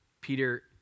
Peter